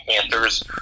Panthers